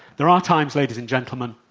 there are times, ladies and gentlemen,